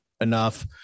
enough